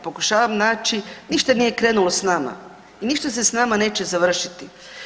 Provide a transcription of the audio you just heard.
Pokušavam naći ništa nije krenulo sa nama, ništa se sa nama neće završiti.